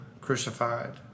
crucified